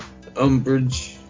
Umbridge